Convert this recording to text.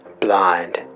blind